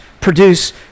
produce